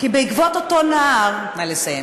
כי בעקבות אותו נער, נא לסיים.